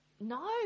No